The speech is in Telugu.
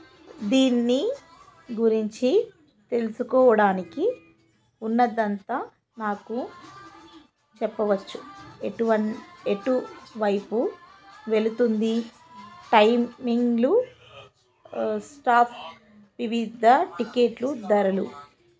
దీన్ని గురించి తెలుసుకోవడానికి ఉన్నదంతా నాకు చెప్పవచ్చు ఎటువం ఎటువైపు వెళుతుంది టైమింగ్లు స్టాఫ్ వివిధ టికెట్లు ధరలు